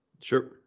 Sure